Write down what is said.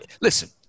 listen